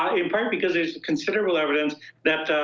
in part, because there's considerable evidence that